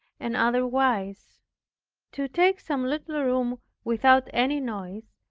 and otherwise to take some little room without any noise,